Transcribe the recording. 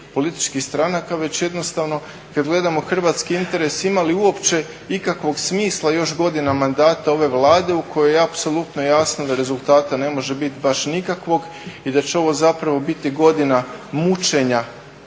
političkih stranaka, već jednostavno kad gledamo hrvatski interes, ima li uopće ikakvog smisla još godina mandata ove Vlade u kojoj je apsolutno jasno da rezultata neće biti baš nikakvog i da će ovo zapravo biti godina mučenja